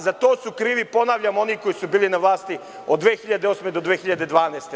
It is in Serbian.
Za to su krivi, ponavljam, oni koji su bili na vlasti od 2008. do 2012. godine.